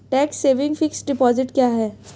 Tax saving fixed deposit क्या है?